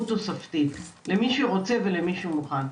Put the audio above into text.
למי שרוצה ולמי שמוכן.